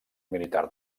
militar